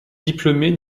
diplômé